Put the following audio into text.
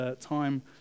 time